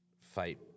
fight